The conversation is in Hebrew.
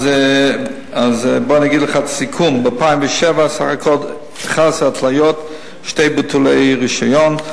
אז אני אגיד לך את הסיכום: ב-2007 סך הכול 11 התליות ושני ביטולי רשיון,